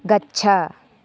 गच्छ